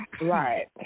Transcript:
Right